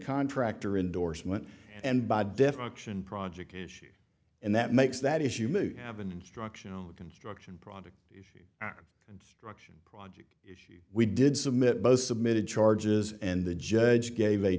contractor indorsement and by definition project issue and that makes that issue moot have an instructional reconstruction project and auction project issue we did submit both submitted charges and the judge gave